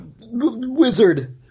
wizard